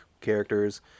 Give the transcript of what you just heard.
characters